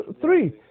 three